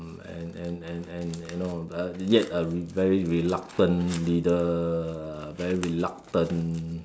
and and and and and you know uh yet a very reluctant leader a very reluctant